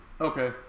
Okay